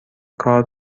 کار